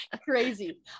crazy